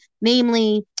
namely